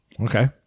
Okay